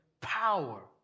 power